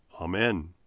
Amen